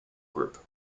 group